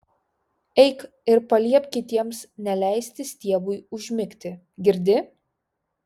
eik ir paliepk kitiems neleisti stiebui užmigti girdi